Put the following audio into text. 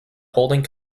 holding